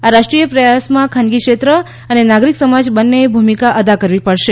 આ રાષ્ટ્રીય પ્રયાસમાં ખાનગી ક્ષેત્ર અને નાગરીક સમાજ બંનેએ ભૂમિકા અદા કરવી પડશે